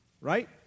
right